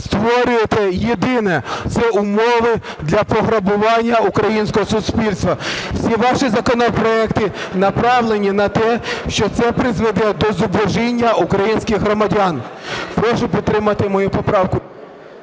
створюєте єдине – це умови для пограбування українського суспільства. Всі ваші законопроекти направлені на те, що це призведе до зубожіння українських громадян. Прошу підтримати мою поправку.